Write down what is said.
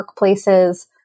workplaces